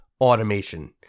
automation